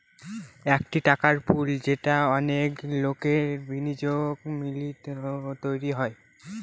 একটি টাকার পুল যেটা অনেক লোকের বিনিয়োগ মিলিয়ে তৈরী হয়